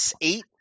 eight